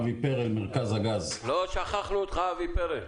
לא שכחנו אותך, אבי פרל.